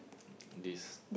this